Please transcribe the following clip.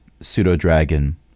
pseudo-dragon